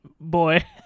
boy